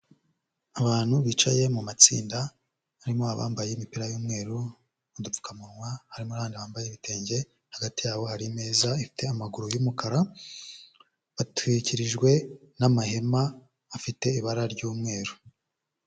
Abantu bicaye mu matsinda harimo abambaye imipira y'umweru, udupfukamunwa, harimo n'abandi bambaye ibitwenge, hagati yabo hari meza ifite amaguru y'umukara, batwikirijwe n'amahema afite ibara ry'umweru.